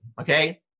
okay